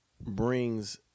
brings